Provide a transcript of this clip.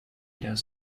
does